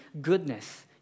goodness